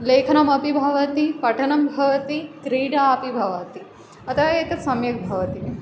लेखनमपि भवति पठनं भवति क्रीडा अपि भवति अतः एतत् सम्यक् भवति